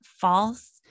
false